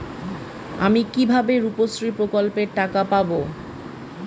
আমি কিভাবে রুপশ্রী প্রকল্পের টাকা পাবো?